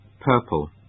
purple